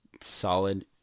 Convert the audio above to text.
solid